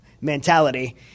mentality